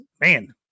man